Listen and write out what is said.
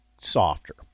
softer